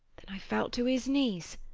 then i felt to his knees,